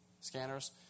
scanners